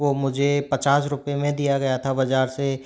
वो मुझे पचास रुपए में दिया गया था बज़ार से